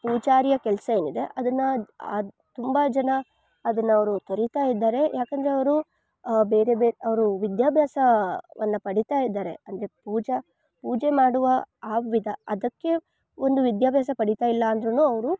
ಪೂಜಾರಿಯ ಕೆಲಸ ಏನಿದೆ ಅದನ್ನು ತುಂಬ ಜನ ಅದನ್ನು ಅವರು ತೊರಿತಾ ಇದ್ದಾರೆ ಯಾಕೆಂದರೆ ಅವರು ಬೇರೆ ಬೇರೆ ಅವರು ವಿದ್ಯಾಭ್ಯಾಸವನ್ನು ಪಡೀತಾ ಇದ್ದಾರೆ ಅಂದರೆ ಪೂಜಾ ಪೂಜೆ ಮಾಡುವ ಆ ವಿಧ ಅದಕ್ಕೆ ಒಂದು ವಿದ್ಯಾಭ್ಯಾಸ ಪಡೀತ ಇಲ್ಲಾಂದ್ರೂ ಅವರು